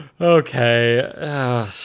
Okay